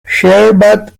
sherbet